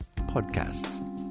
podcasts